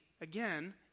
again